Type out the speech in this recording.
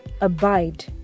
abide